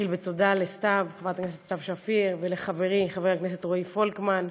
אתחיל בתודה לחברת הכנסת סתיו שפיר ולחברי חבר הכנסת רועי פולקמן,